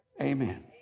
Amen